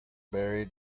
buried